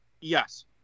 Yes